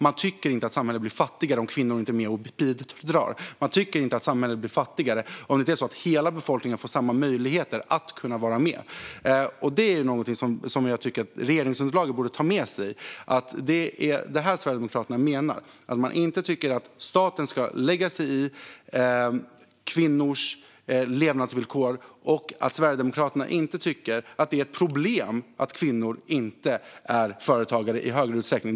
Man tycker inte att samhället blir fattigare om kvinnor inte är med och bidrar. Man tycker inte att samhället blir fattigare om inte hela befolkningen får samma möjligheter att vara med. Det är något som jag tycker att regeringsunderlaget borde ta med sig. Det är detta som Sverigedemokraterna menar. Man tycker inte att staten ska lägga sig i kvinnors levnadsvillkor. Sverigedemokraterna tycker inte att det är ett problem att kvinnor inte är företagare i högre utsträckning.